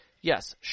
yes